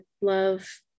love